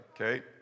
okay